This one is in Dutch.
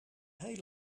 heel